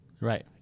Right